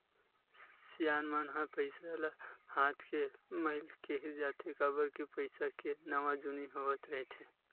सियान मन ह पइसा ल हाथ के मइल केहें जाथे, काबर के पइसा के नवा जुनी होवत रहिथे